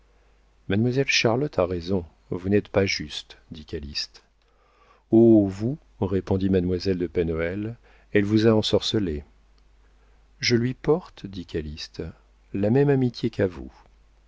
mademoiselle charlotte a raison vous n'êtes pas juste dit calyste oh vous répondit mademoiselle de pen hoël elle vous a ensorcelé je lui porte dit calyste la même amitié qu'à vous